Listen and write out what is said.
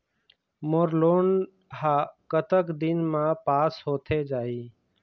मोर loan हा कतक दिन मा पास होथे जाही?